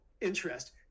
interest